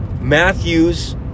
Matthews